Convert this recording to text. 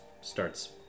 starts